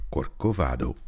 Corcovado